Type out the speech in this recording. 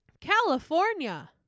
California